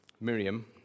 Miriam